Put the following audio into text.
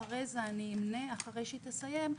אחרי שהיא תסיים,